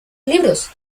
libros